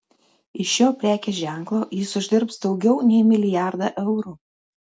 iš šio prekės ženklo jis uždirbs daugiau nei milijardą eurų